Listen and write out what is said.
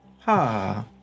Ha